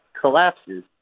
collapses